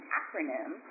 acronym